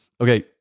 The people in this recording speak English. Okay